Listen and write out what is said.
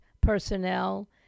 personnel